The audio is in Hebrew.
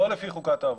לא לפי חוקת העבודה.